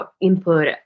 input